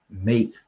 make